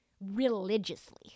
religiously